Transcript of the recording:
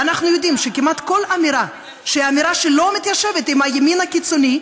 ואנחנו יודעים שכמעט כל אמירה שלא מתיישבת עם הימין הקיצוני,